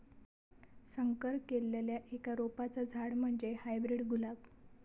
संकर केल्लल्या एका रोपाचा झाड म्हणजे हायब्रीड गुलाब